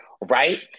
Right